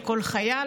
יצא להפסקה,